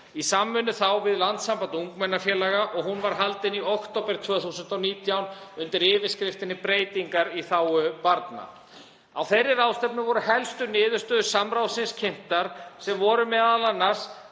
í samvinnu við Landssamband ungmennafélaga og hún var haldin í október 2019, undir yfirskriftinni Breytingar í þágu barna. Á þeirri ráðstefnu voru helstu niðurstöður samráðsins kynntar, sem voru m.a. ákall